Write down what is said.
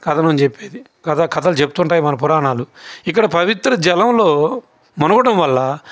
కథనం చెప్పేది కథ కథలు చెప్తుంటాయి మన పురాణాలు ఇక్కడ పవిత్ర జలంలో మునగడం వల్ల